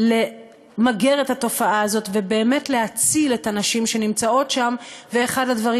למגר את התופעה הזאת ובאמת להציל את הנשים שנמצאות שם ואחד הדברים